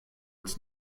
its